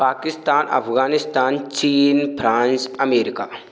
पाकिस्तान अफ़ग़ानिस्तान चीन France America